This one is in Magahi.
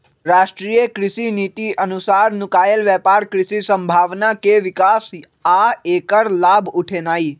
राष्ट्रीय कृषि नीति अनुसार नुकायल व्यापक कृषि संभावना के विकास आ ऐकर लाभ उठेनाई